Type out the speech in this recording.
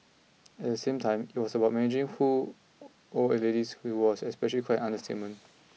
at the same time it was about managing who old ladies which was especially quite an understatement